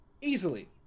Easily